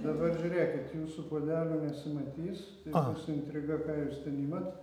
dabar žiūrėkit jūsų puodelių nesimatys bus intriga ką jūs ten imat